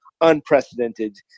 unprecedented